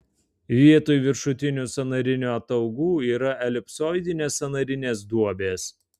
vietoj viršutinių sąnarinių ataugų yra elipsoidinės sąnarinės duobės